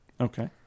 okay